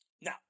Now